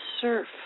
surf